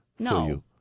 No